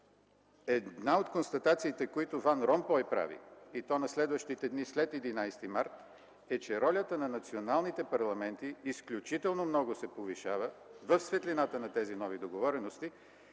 една от констатациите, които Ван Ронхой прави, и то на следващите дни след 11 март, е, че ролята на националните парламенти изключително много се повишава в светлината на тези нови договорености,